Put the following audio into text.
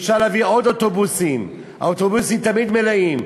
אפשר להביא עוד אוטובוסים, האוטובוסים תמיד מלאים.